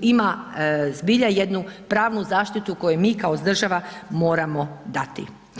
ima zbilja jednu pravnu zaštitu koju mi kao država moramo dati.